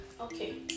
okay